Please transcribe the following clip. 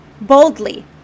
Boldly